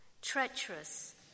treacherous